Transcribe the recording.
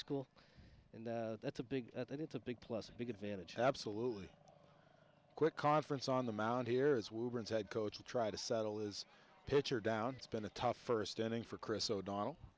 school and that's a big i think it's a big plus big advantage absolutely quick conference on the mound here is we were inside coach to try to settle is pitcher down it's been a tough first inning for chris o'donnell